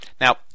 Now